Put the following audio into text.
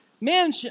man